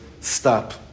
stop